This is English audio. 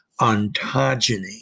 ontogeny